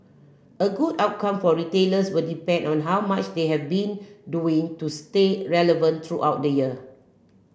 a good outcome for retailers will depend on how much they have been doing to stay relevant throughout the year